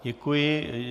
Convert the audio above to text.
Děkuji.